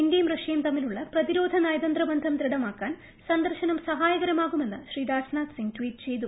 ഇന്ത്യയും റഷ്യയും തമ്മിലുള്ള പ്രതിരോധ നയതന്ത്ര ബന്ധം ദൃഢമാക്കാൻ സന്ദർശനം സഹായകരമാകുമെന്ന് ശ്രീ രാജ്നാഥ് സിംഗ് ട്വീറ്റ് ചെയ്തു